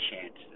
chances